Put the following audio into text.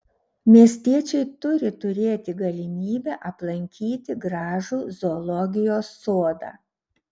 miestiečiai turi turėti galimybę aplankyti gražų zoologijos sodą